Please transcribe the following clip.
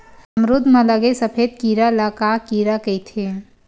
अमरूद म लगे सफेद कीरा ल का कीरा कइथे?